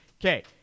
okay